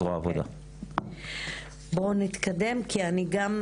בואו נתקדם כי אני גם,